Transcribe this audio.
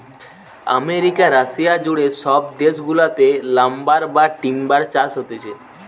America, Russia জুড়ে সব দেশ গুলাতে লাম্বার বা টিম্বার চাষ হতিছে